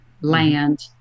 land